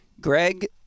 Greg